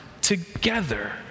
together